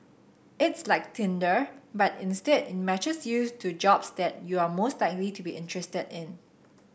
it's like tinder but instead it matches yours to jobs that you are most likely to be interested in